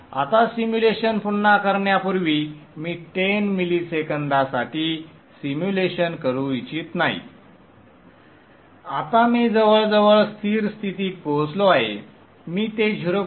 आता सिम्युलेशन पुन्हा करण्यापूर्वी मी 10 मिलिसेकंदांसाठी सिम्युलेशन करू इच्छित नाही संदर्भ वेळ 2951 आता मी जवळजवळ स्थिर स्थितीत पोहोचलो आहे मी ते 0